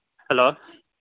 hello